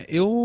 eu